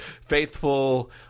faithful